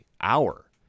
hour